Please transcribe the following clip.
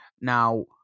now